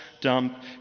dump